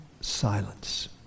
silence